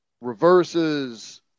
reverses